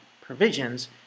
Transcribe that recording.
provisions